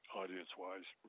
audience-wise